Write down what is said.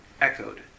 echoed